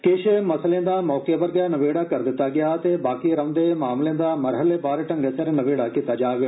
किश मसलें दा मौके पर गै नबेड़ा कीता गेआ ते बाकी रौहन्दे मामलें दा मरहलेबार ढंगै सिर नबेड़ा कीता जाग